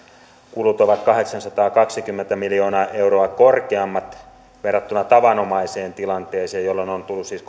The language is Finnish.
kulut ovat kahdeksansataakaksikymmentä miljoonaa euroa korkeammat verrattuna tavanomaiseen tilanteeseen jolloin on tullut siis